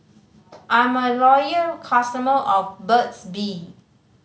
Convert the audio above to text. I'm a loyal customer of Burt's Bee